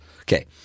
Okay